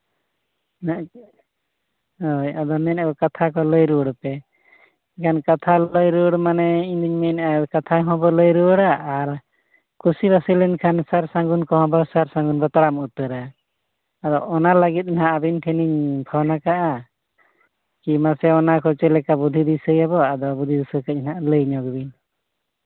ᱦᱮᱸ ᱦᱳᱭ ᱟᱫᱚ ᱢᱮᱱᱮᱜᱼᱟ ᱠᱚ ᱠᱟᱛᱷᱟ ᱠᱚ ᱞᱟᱹᱭ ᱨᱩᱣᱟᱹᱲ ᱯᱮ ᱢᱮᱱᱠᱷᱟᱱ ᱠᱟᱛᱷᱟ ᱞᱟᱹᱭ ᱨᱩᱣᱟᱹᱲ ᱢᱟᱱᱮ ᱤᱧᱫᱩᱧ ᱢᱮᱱᱮᱜᱼᱟ ᱠᱟᱛᱷᱟ ᱦᱚᱸ ᱵᱚᱱ ᱢᱮᱱ ᱨᱩᱣᱟᱹᱲᱟ ᱟᱨ ᱠᱩᱥᱤ ᱵᱟᱹᱥᱤ ᱞᱮᱱᱠᱷᱟᱱ ᱥᱟᱨ ᱥᱟᱹᱜᱩᱱ ᱠᱚᱦᱚᱸ ᱵᱚᱱ ᱥᱟᱨ ᱥᱟᱹᱜᱩᱱ ᱵᱟᱛᱨᱟᱢ ᱩᱛᱟᱹᱨᱟ ᱟᱫᱚ ᱚᱱᱟ ᱞᱟᱹᱜᱤᱫ ᱜᱮᱦᱟᱸᱜ ᱟᱹᱵᱤᱱ ᱴᱷᱮᱱ ᱤᱧ ᱯᱷᱳᱱ ᱠᱟᱜᱼᱟ ᱱᱟᱥᱮ ᱚᱱᱟ ᱠᱚ ᱪᱮᱫ ᱞᱮᱠᱟ ᱵᱩᱫᱷᱤ ᱫᱤᱥᱟᱹᱭᱟᱵᱚ ᱟᱫᱚ ᱵᱩᱫᱷᱤ ᱫᱤᱥᱟᱹ ᱠᱟᱹᱡ ᱦᱟᱸᱜ ᱞᱟᱹᱭ ᱧᱚᱜ ᱵᱤᱱ